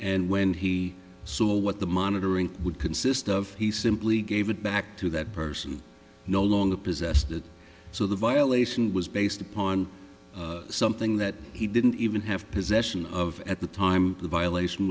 and when he saw what the monitoring would consist of he simply gave it back to that person no longer possessed it so the violation was based upon something that he didn't even have possession of at the time the violation